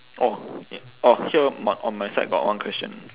orh orh here my on my side got one question